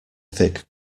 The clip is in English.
thick